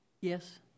yes